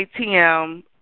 ATM